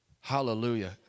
Hallelujah